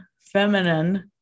feminine